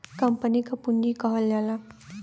company क पुँजी कहल जाला